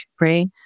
right